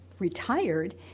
Retired